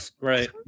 right